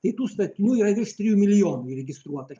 tai tų statinių yra virš trijų milijonų įregistruota